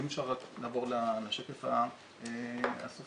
אם אפשר לעבור לשקף הסופי.